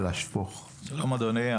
שלום, אדוני.